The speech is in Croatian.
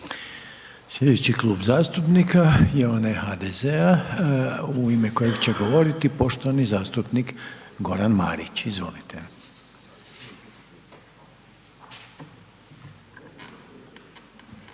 Sljedeći klub zastupnika je onaj HDZ-a u ime kojeg će govoriti poštovani zastupnik Goran Marić. Izvolite.